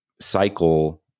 cycle